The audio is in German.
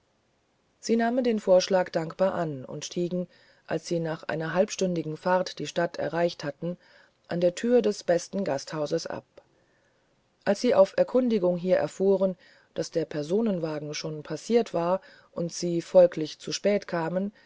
sie nahmen den vorschlag dankbar an und stiegen als sie nach einer halbstündigen fahrt die stadt erreicht hatten an der tür des besten gasthauses ab als sie auf erkundigung hier erfuhren daß der personenwagen schon durchpassiert war und sie folglich zu spät kamen